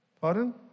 Pardon